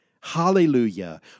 Hallelujah